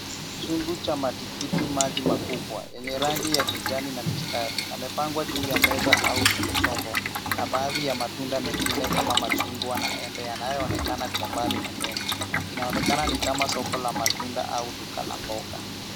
Chungu cha matikiti maji makubwa yenye rangi ya kijani na mistari yamepangwa juu ya meza au kwenye chombo, na baadhi ya matunda mengine kama machungwa na embe yanayoonekana kwa mbali pembeni. Inaonekana ni kama soko la matunda au duka la mboga.